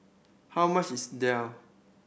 how much is daal